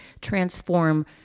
transform